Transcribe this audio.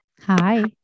hi